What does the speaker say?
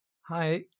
Hi